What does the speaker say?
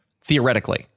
Theoretically